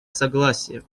согласия